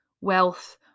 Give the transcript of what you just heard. wealth